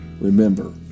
Remember